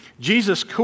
Jesus